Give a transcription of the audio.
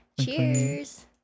cheers